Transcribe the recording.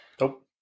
Nope